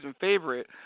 favorite